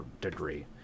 degree